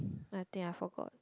I think I forgot